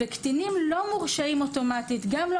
קטינים לא מורשעים אוטומטית גם לא